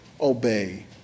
obey